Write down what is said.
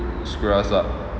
screw us up